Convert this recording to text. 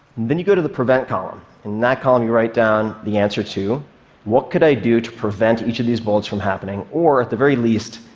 then you go to the prevent column. in that column, you write down the answer to what could i do to prevent each of these bullets from happening, or, at the very least,